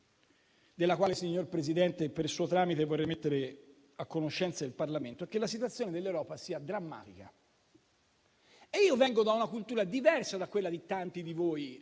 della quale, signor Presidente, per suo tramite vorrei mettere a conoscenza il Parlamento, è che la situazione dell'Europa sia drammatica. Io vengo da una cultura diversa da quella di tanti di voi,